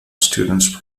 students